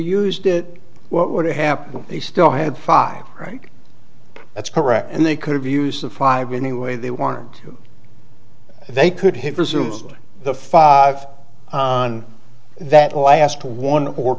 used it what would happen they still had five right that's correct and they could have used the five anyway they want to they could have resumes the five on that last one or